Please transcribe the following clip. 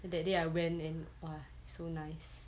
that day I went and !wah! so nice